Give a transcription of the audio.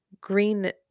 green